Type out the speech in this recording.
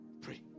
Pray